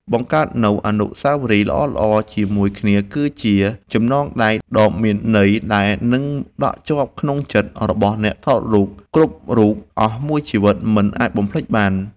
បង្កើតនូវអនុស្សាវរីយ៍ល្អៗជាមួយគ្នាគឺជាចំណងដៃដ៏មានន័យដែលនឹងដក់ជាប់ក្នុងចិត្តរបស់អ្នកថតរូបគ្រប់រូបអស់មួយជីវិតមិនអាចបំភ្លេចបាន។